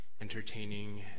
entertaining